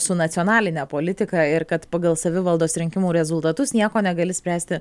su nacionaline politika ir kad pagal savivaldos rinkimų rezultatus nieko negali spręsti